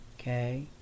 Okay